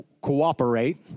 cooperate